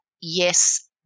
yes